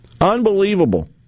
Unbelievable